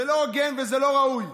זה לא הוגן וזה לא ראוי.